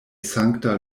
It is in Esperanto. sankta